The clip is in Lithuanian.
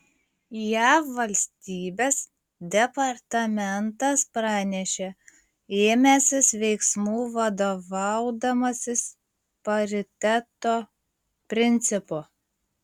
jav valstybės departamentas pranešė ėmęsis veiksmų vadovaudamasis pariteto principu